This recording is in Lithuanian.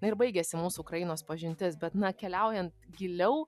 na ir baigiasi mūsų ukrainos pažintis bet na keliaujant giliau